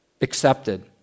accepted